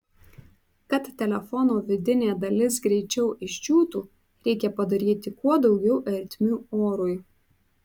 kad telefono vidinė dalis greičiau išdžiūtų reikia padaryti kuo daugiau ertmių orui